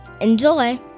Enjoy